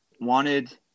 wanted